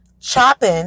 Chopping